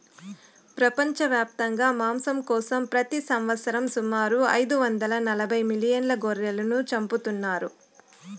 ప్రపంచవ్యాప్తంగా మాంసం కోసం ప్రతి సంవత్సరం సుమారు ఐదు వందల నలబై మిలియన్ల గొర్రెలను చంపుతున్నారు